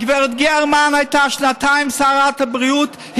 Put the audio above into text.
הגברת גרמן הייתה שנתיים שרת הבריאות.